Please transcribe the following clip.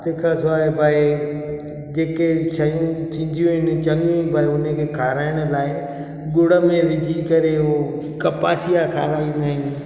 तंहिंखां सवाइ भई जेके शयूं थींदियूं आहिनि चङियूं ई भई हुनखे खाराइण लाइ गुड़ में विझी करे हुओ कपासी जा खाराईंदा आहियूं